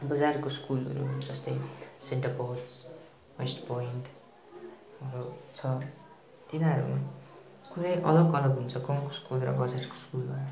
बजारको स्कुलहरू जस्तै सेन्ट पल्स वेस्ट पोइन्टहरू छ तिनीहरू कुनै अलग अलग हुन्छ गाउँको स्कुल र बजारको स्कुलमा